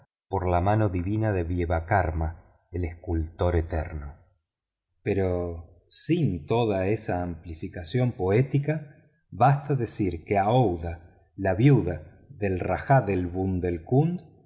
por la mano divina de vicvacarma el escultor eterno pero sin toda esa amplificación poética basta decir que aouida la viuda del rajá de